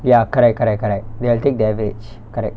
ya correct correct correct they'll take the average correct